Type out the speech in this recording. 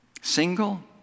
single